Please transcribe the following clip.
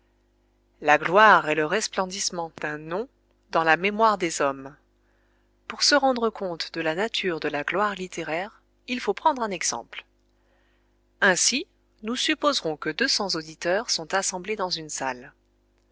la gloire est le resplendissement d'un nom dans la mémoire des hommes pour se rendre compte de la nature de la gloire littéraire il faut prendre un exemple ainsi nous supposerons que deux cents auditeurs sont assemblés dans une salle